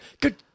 Good